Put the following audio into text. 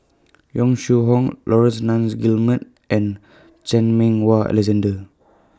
Yong Shu Hoong Laurence Nunns Guillemard and Chan Meng Wah Alexander